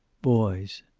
boys.